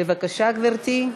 בבקשה, גברתי.